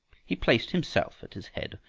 he placed himself at its head,